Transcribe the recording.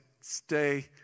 stay